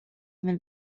even